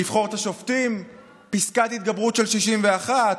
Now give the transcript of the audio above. לבחור את השופטים, פסקת התגברות של 61,